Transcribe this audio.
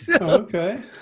Okay